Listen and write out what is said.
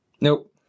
Nope